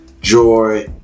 joy